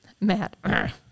Matt